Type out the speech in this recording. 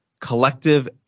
collective